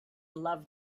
loved